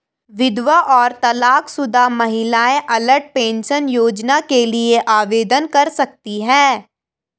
विधवा और तलाकशुदा महिलाएं अटल पेंशन योजना के लिए आवेदन कर सकती हैं